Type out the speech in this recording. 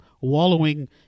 wallowing